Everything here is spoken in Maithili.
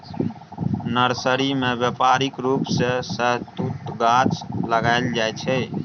नर्सरी मे बेपारिक रुप सँ शहतुतक गाछ लगाएल जाइ छै